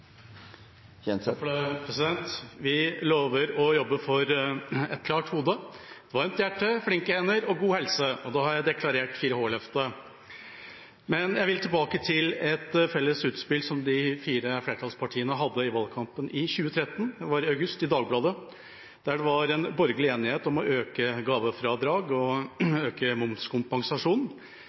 Vi lover å jobbe for et klart hode, varmt hjerte, flinke hender og god helse. Da har jeg deklarert 4H-løftet. Jeg vil tilbake til et felles utspill som de fire flertallspartiene hadde i valgkampen i august 2013 i Dagbladet. Det var borgerlig enighet om å øke gavefradraget og øke momskompensasjonen.